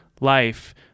Life